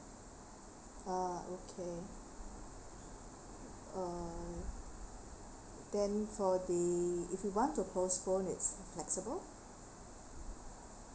ah okay uh then for the if we want to postpone is it flexible